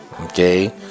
okay